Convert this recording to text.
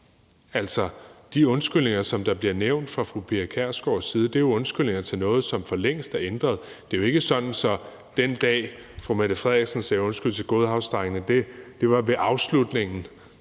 Altså, de undskyldninger, der bliver nævnt fra fru Pia Kjærsgaards side, er jo undskyldninger for noget, som for længst er ændret. Det er ikke sådan, at den dag, fru Mette Frederiksen som statsminister sagde undskyld til godhavnsdrengene, var ved afslutningen